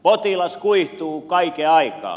potilas kuihtuu kaiken aikaa